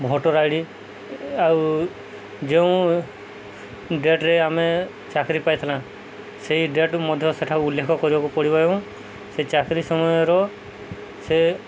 voter I D ଆଉ ଯେଉଁ ଡେଟ୍ରେ ଆମେ ଚାକିରି ପାଇଥିଲୁ ସେଇ ଡେଟ୍ ମଧ୍ୟ ସେଠାରେ ଉଲ୍ଲେଖ କରିବାକୁ ପଡ଼ିବ ଏବଂ ସେ ଚାକିରି ସମୟର ସେ